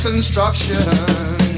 Construction